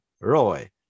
Roy